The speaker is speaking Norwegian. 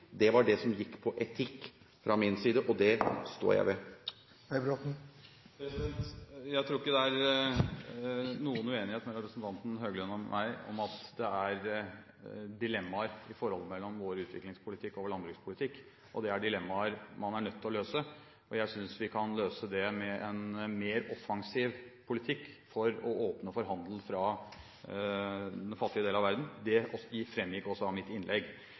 Det var det som gikk på etikk fra min side, og det står jeg ved. Jeg tror ikke det er noen uenighet mellom representanten Høglund og meg om at det er dilemmaer i forholdet mellom vår utviklingspolitikk og vår landbrukspolitikk. Det er dilemmaer man er nødt til å løse. Jeg synes vi kan løse dem med en mer offensiv politikk for å åpne for handel fra den fattige del av verden. Det framgikk også av mitt innlegg.